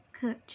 Good